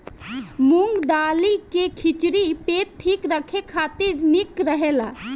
मूंग दाली के खिचड़ी पेट ठीक राखे खातिर निक रहेला